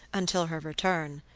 until her return.